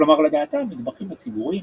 כלומר לדעתה המטבחים הציבוריים